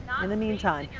um in the meantime,